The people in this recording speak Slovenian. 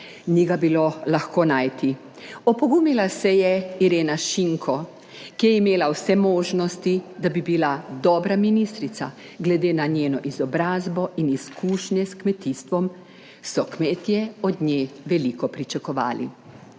Ni ga bilo lahko najti. Opogumila se je Irena Šinko, ki je imela vse možnosti, da bi bila dobra ministrica. Glede na njeno izobrazbo in izkušnje s kmetijstvom so kmetje od nje veliko pričakovali.